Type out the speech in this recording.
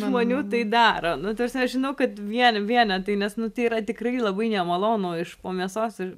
žmonių tai daro nu ta prasme aš žinau kad vien vienetai nes nu tai yra tikrai labai nemalonu iš mėsos ir